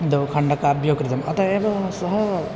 द्वौ खण्डकाव्यौ कृतौ अतः एव सः